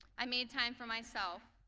i made time for myself,